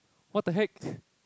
what the heck